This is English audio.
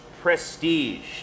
Prestige